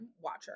watcher